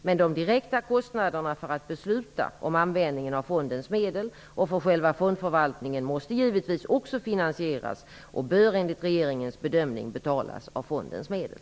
Men de direkta kostnaderna för att besluta om användningen av fondens medel och för själva fondförvaltningen måste givetvis också finansieras och bör enligt regeringens bedömning betalas av fondens medel.